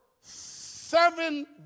seven